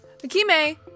Akime